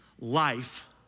Life